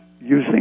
using